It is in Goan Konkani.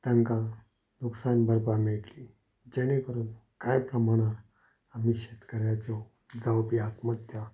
तांकां नुकसान भरपाय मेळटली जेणे करून कांय प्रमाणांत आमी शेतकऱ्यांच्यो जावपी आत्महत्या